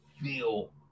feel